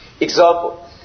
Example